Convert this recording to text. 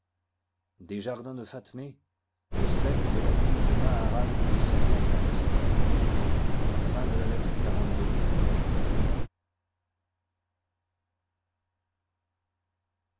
des jardins de fatmé le de la lune de maharram